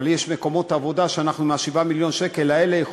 אבל יש מקומות עבודה שב-7 מיליון השקל האלה אנחנו